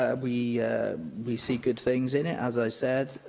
ah we we see good things in it, as i said,